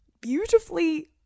beautifully